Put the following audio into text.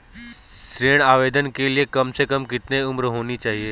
ऋण आवेदन के लिए कम से कम कितनी उम्र होनी चाहिए?